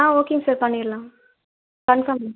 ஆ ஓகேங்க சார் பண்ணிடலாம் கன்ஃபார்ம் தான்